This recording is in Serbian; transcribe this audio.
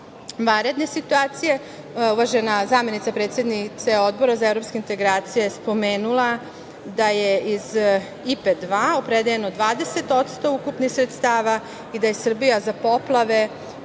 itd. Vanredne situacije. Uvažena zamenica predsednice Odbora za evropske integracije je spomenula da je iz IPA 2 opredeljeno 20% ukupnih sredstava i da je Srbija za poplave